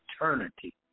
eternity